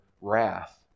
wrath